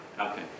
Okay